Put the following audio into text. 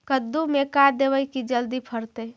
कददु मे का देबै की जल्दी फरतै?